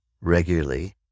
regularly